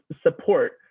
support